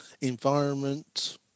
Environment